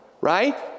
right